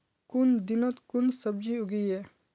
कुन दिनोत कुन सब्जी उगेई?